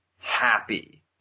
happy